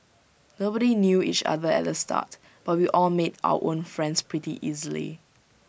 nobody knew each other at the start but we all made our own friends pretty easily